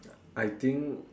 I think